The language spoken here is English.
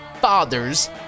father's